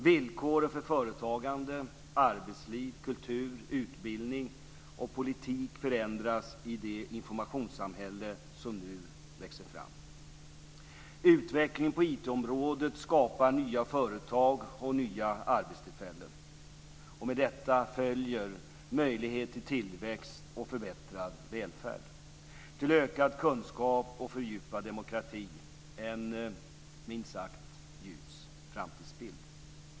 Villkoren för företagande, arbetsliv, kultur, utbildning och politik förändras i det informationssamhälle som nu växer fram. Utvecklingen på IT-området skapar nya företag och nya arbetstillfällen, och med detta följer möjlighet till tillväxt och förbättrad välfärd och till ökad kunskap och fördjupad demokrati - en minst sagt ljus framtidsbild.